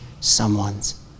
someone's